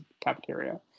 cafeteria